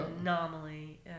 anomaly